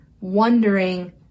wondering